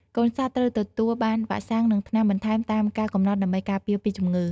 កូនសត្វត្រូវទទួលបានវ៉ាក់សាំងនិងថ្នាំបន្ថែមតាមកាលកំណត់ដើម្បីការពារពីជំងឺ។